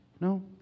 No